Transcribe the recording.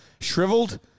Shriveled